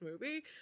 movie